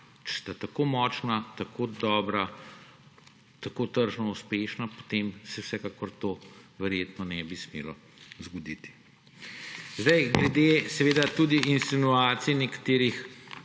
Če sta tako močna, tako dobra, tako tržno uspešna, potem se vsekakor to verjetno ne bi smelo zgoditi. Glede insinuacij nekaterih